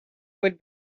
would